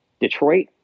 Detroit